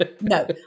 No